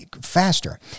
faster